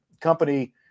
company